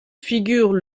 figurent